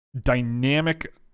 dynamic